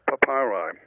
Papyri